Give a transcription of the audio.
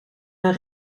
hun